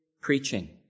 preaching